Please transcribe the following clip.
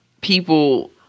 people